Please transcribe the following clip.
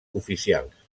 oficials